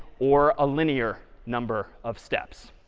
or a linear number of steps.